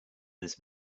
this